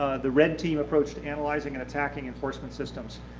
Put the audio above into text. the red team approach to analyzing and attacking enforcement systems.